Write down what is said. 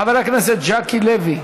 חבר הכנסת ז'קי לוי,